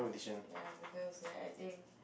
ya because like I think